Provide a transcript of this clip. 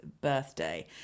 birthday